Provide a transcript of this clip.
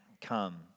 come